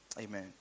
Amen